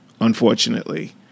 unfortunately